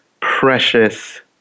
precious